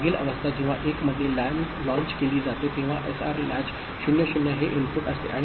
मागील अवस्था जेव्हा 1 मध्ये लाँच केली जाते तेव्हा एसआर लॅच 0 0 हे इनपुट असते